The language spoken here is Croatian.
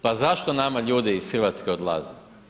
Pa zašto nama ljudi iz Hrvatske odlaze?